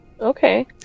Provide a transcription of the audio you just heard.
Okay